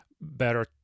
better